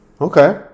okay